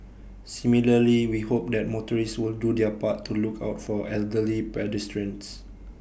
similarly we hope that motorists will do their part to look out for elderly pedestrians